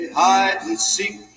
hide-and-seek